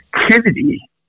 activity